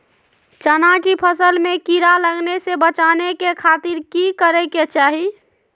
चना की फसल में कीड़ा लगने से बचाने के खातिर की करे के चाही?